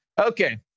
Okay